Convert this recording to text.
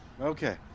Okay